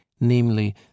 namely